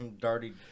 dirty